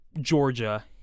Georgia